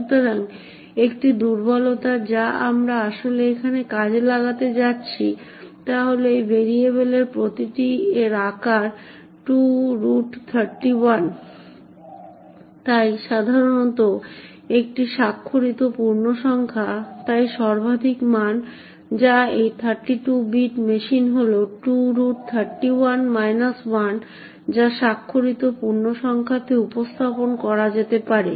সুতরাং একটি দুর্বলতা যা আমরা আসলে এখানে কাজে লাগাতে যাচ্ছি তা হল এই ভেরিয়েবলের প্রতিটি এর আকার 231 তাই সাধারণত এটি একটি স্বাক্ষরিত পূর্ণসংখ্যা তাই সর্বাধিক মান যা এই 32 বিট মেশিন হল 231 1 যা স্বাক্ষরিত পূর্ণসংখ্যাতে উপস্থাপন করা যেতে পারে